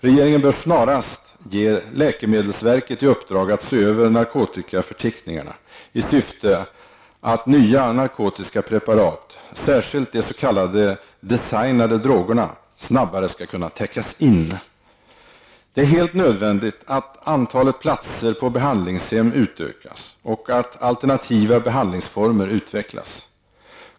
Regeringen bör snarast ge läkemedelsverket i uppdrag att se över narkotikaförteckningarna i syfte att nya narkotiska preparat, särskilt de s.k. designade drogerna, snabbare skall kunna täckas in. Det är helt nödvändigt att antalet platser på behandlingshem utökas och att alternativa behandlingsformer utvecklas.